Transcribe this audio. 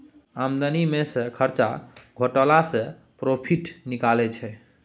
आमदनी मे सँ खरचा घटेला सँ प्रोफिट निकलै छै